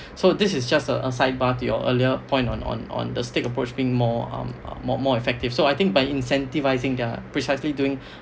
so this is just a sidebar to your earlier point on on on the stick approach being more um more more effective so I think by incentivising they are precisely doing